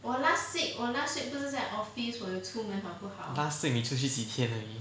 last week 你出去几天而已